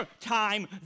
time